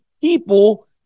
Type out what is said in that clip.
people